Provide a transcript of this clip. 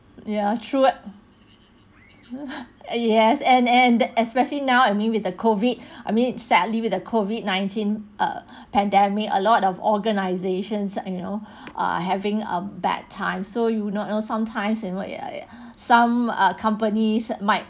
ya true yes and and especially now I mean with the COVID I mean sadly with the COVID nineteen uh pandemic a lot of organizations you know are having a bad time so you would not know sometimes you know some ah companies might